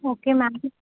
okay ma'am